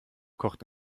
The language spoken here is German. kocht